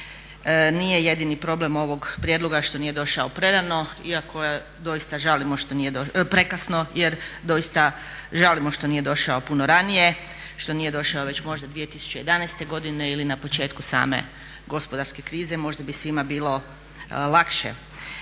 Nije jedini problem ovog prijedloga što nije došao prerano, iako doista žalimo što nije, prekasno jer doista žalimo što nije došao puno ranije, što nije došao možda već 2011. godine ili na početku same gospodarske krize. Možda bi svima bilo lakše.